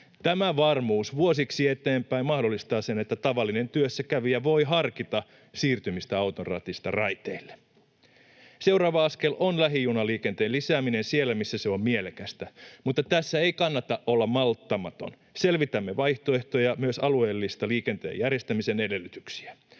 Tämä varmuus vuosiksi eteenpäin mahdollistaa sen, että tavallinen työssäkävijä voi harkita siirtymistä auton ratista raiteille. Seuraava askel on lähijunaliikenteen lisääminen siellä, missä se on mielekästä, mutta tässä ei kannata olla malttamaton. Selvitämme vaihtoehtoja myös alueellisen liikenteen järjestämisen edellytyksistä.